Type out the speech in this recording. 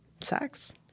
sex